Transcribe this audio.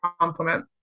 compliment